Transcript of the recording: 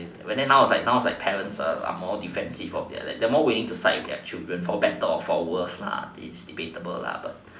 and then now is like parent are more defensive they are more willing to side with their children for better or for worse lah is debatable lah